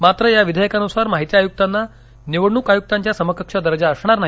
मात्र या विधेयकानुसार माहिती आयुक्तांना निवडणुक आयुक्तांच्या समकक्ष दर्जा असणार नाही